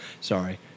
Sorry